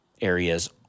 areas